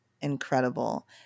incredible